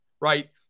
right